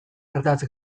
ardatz